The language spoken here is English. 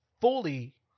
fully